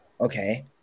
Okay